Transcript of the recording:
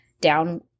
down